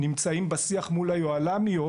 אנחנו נמצאים בשיח מול היוהל"מיות,